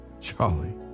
Charlie